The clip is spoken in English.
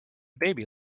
baby